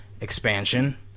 expansion